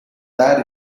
there